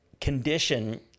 condition